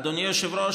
אדוני היושב-ראש,